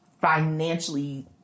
financially